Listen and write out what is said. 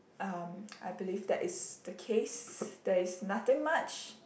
um I believe that is the case there is nothing much